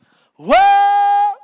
Whoa